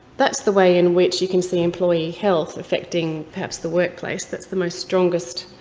that's the way in which you can see employee health affecting, perhaps, the workplace, that's the most strongest